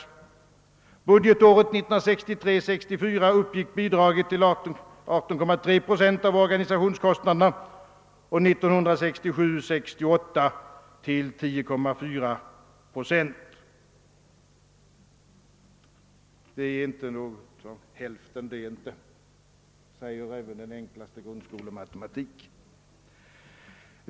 Budgetåret 1963 68 till 10,4 procent. Även den enklaste grundskolematematik visar att detta inte är hälften av kostnaderna.